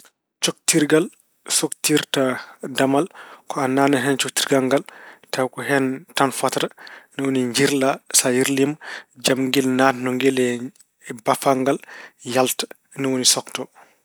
Coktirgal soktirta damal ko a naatnan hen coktirgal ngal taw ko hen tan fotata, ni woni njirla. So yirlii, jamngel naatno ngel e baafal ngal yalta, ni woni sokto.